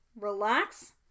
relax